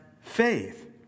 faith